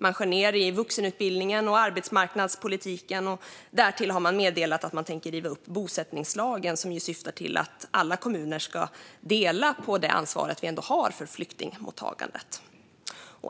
Man skär ned i vuxenutbildningen och arbetsmarknadspolitiken, och därtill har man meddelat att man tänker riva upp bosättningslagen, som syftar till att alla kommuner ska dela på det ansvar som ändå finns för flyktingmottagandet.